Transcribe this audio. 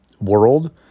world